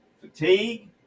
fatigue